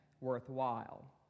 worthwhile